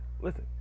Listen